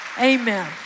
amen